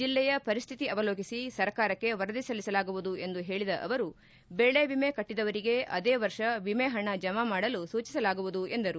ಜಿಲ್ಲೆಯ ಪರಿಸ್ಥಿತಿ ಅವಲೋಕಿಸಿ ಸರ್ಕಾರಕ್ಕೆ ವರದಿ ಸಲ್ಲಿಸಲಾಗುವುದು ಎಂದು ಹೇಳಿದ ಅವರು ಬೆಳೆ ವಿಮೆ ಕಟ್ಟದವರಿಗೆ ಅದೇ ವರ್ಷ ವಿಮೆ ಹಣ ಜಮಾ ಮಾಡಲು ಸೂಚಿಸಲಾಗುವುದು ಎಂದರು